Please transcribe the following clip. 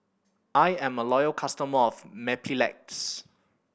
I'm a loyal customer of Mepilex